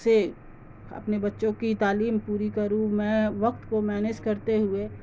سے اپنے بچوں کی تعلیم پوری کروں میں وقت کو مینج کرتے ہوئے